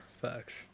Facts